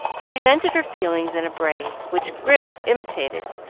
she vented her feelings in a bray, which grif imitated,